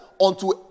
unto